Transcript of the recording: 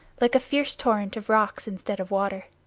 like a fierce torrent of rocks instead of water.